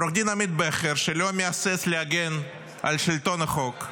עו"ד עמית בכר שלא מהסס להגן על שלטון החוק,